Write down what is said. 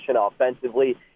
offensively